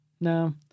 No